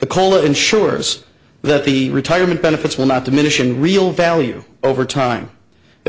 the call it ensures that the retirement benefits will not diminish in real value over time